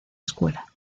escuela